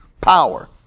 power